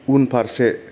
उनफारसे